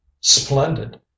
Splendid